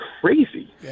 crazy